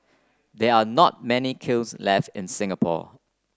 there are not many kilns left in Singapore